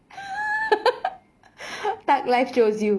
thug life chose you